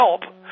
help